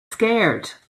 scared